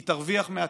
היא תרוויח מהתקווה.